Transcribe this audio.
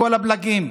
לכל הפלגים,